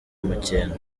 amakenga